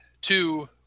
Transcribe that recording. two